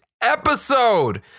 episode